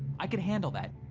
i could handle that.